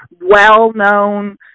well-known